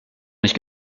nicht